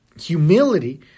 humility